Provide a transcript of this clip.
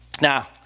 Now